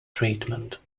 treatment